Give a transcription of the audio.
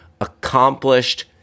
accomplished